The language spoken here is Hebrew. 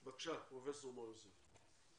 בבקשה, פרופ' מור יוסף.